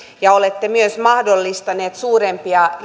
ja olette myös mahdollistaneet suurempia